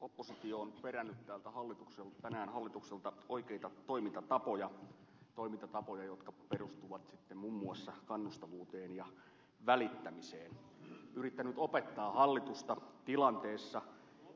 oppositio on perännyt tänään hallitukselta oikeita toimintatapoja toimintatapoja jotka perustuvat muun muassa kannustavuuteen ja välittämiseen yrittänyt opettaa hallitusta tilanteessa